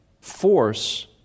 force